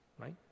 right